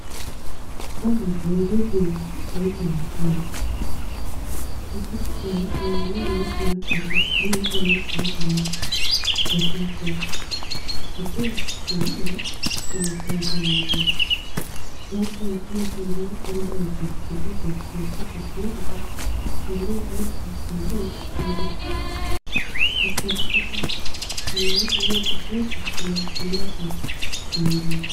Hawa ni viongozi wa taifa la Kenya. Tunapata kuangialia naibu wake rais, aliyekuwa naibu wake rais, kashagwa. Na pia tunaona wanasiasa wenzake . Tunapo ona tena kando yake kuna tarakilishi , tunapata kuona aliye naibu wa saii kindiki . Na tunapa kwamba naibu huyo kashagwa anaongelesha mtandao .